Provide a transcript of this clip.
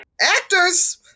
Actors